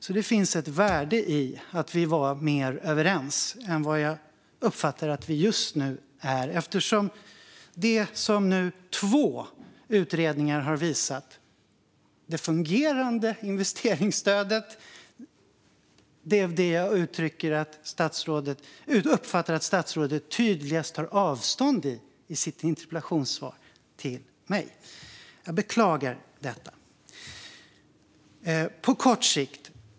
Det fanns alltså ett värde i att vi var mer överens än vad jag uppfattar att vi just nu är med tanke på att investeringsstödet, som nu två utredningar har visat fungerade, är det jag uppfattar att statsrådet tydligast tar avstånd från i sitt interpellationssvar till mig. Jag beklagar detta.